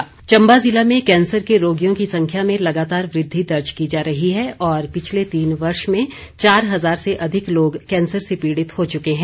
cancer दिवस चंबा ज़िला में कैंसर के रोगियों की संख्या में लगातार वृद्धि दर्ज की जा रही है और पिछले तीन वर्ष में चार हजार से अधिक लोग कैंसर से पीड़ित हो चुके हैं